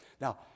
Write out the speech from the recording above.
Now